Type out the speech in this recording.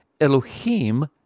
Elohim